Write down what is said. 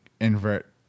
invert